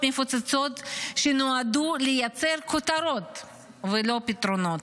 מפוצצות שנועדו לייצר כותרות ולא פתרונות.